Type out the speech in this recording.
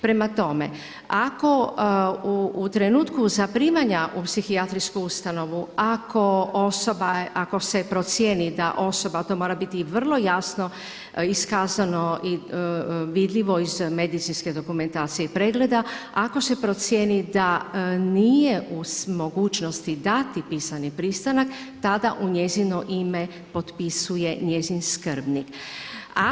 Prema tome, ako u trenutku zaprimanja u psihijatrijsku ustanovu, ako se procijeni da osoba, ali to mora biti vrlo jasno iskazano i vidljivo iz medicinske dokumentacije i pregleda, ako se procijeni da nije u mogućnosti dati pisani pristanak, tada u njezino ime potpisuje njezin skrbnik.